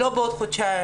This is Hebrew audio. לא בעוד חודשיים.